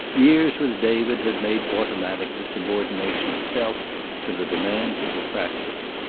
years with david had made automatic the subordination of self to the demands of the practice.